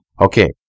okay